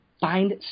find